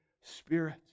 Spirit